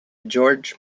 george